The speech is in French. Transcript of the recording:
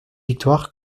victoire